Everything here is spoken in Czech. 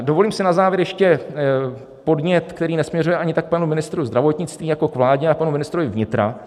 Dovolím si na závěr ještě podnět, který nesměřuje ani tak k panu ministru zdravotnictví jako k vládě a k panu ministrovi vnitra.